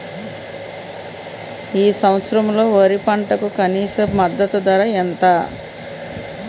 ఈ సంవత్సరంలో వరి పంటకు కనీస మద్దతు ధర ఎంత?